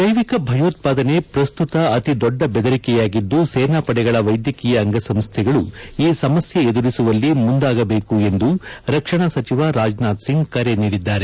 ಜ್ವೆವಿಕ ಭಯೋತ್ಪಾದನೆ ಪ್ರಸ್ತುತ ಅತಿ ದೊಡ್ಡ ಬೆದರಿಕೆಯಾಗಿದ್ದು ಸೇನಾಪಡೆಗಳ ವೈದ್ಯಕೀಯ ಅಂಗಸಂಸ್ಥೆಗಳು ಈ ಸಮಸ್ಯೆ ಎದುರಿಸುವಲ್ಲಿ ಮುಂದಾಗಬೇಕು ಎಂದು ರಕ್ಷಣಾ ಸಚಿವ ರಾಜನಾಥ್ ಸಿಂಗ್ ಕರೆ ನೀಡಿದ್ದಾರೆ